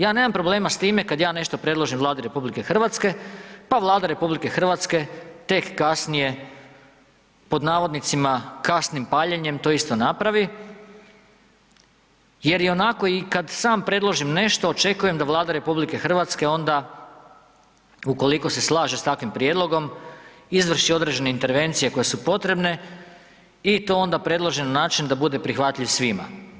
Ja nemam problema s time kada ja nešto predložim Vladi RH pa Vlada RH tek kasnije „kasnim paljenjem“ to isto napravi jer i onako kada sam predložim nešto očekujem da Vlada RH onda ukoliko se slaže s takvim prijedlogom izvrši određene intervencije koje su potrebne i to onda predloži na način da bude prihvatljiv svima.